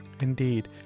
Indeed